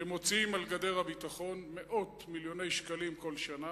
שמוציאים על גדר הביטחון מאות מיליוני שקלים כל שנה: